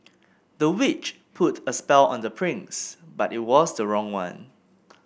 the witch put a spell on the prince but it was the wrong one